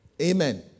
Amen